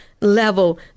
level